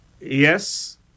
Yes